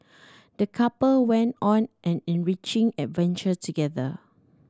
the couple went on an enriching adventure together